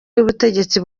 y’ubutegetsi